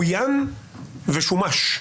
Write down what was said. עוין ושומש.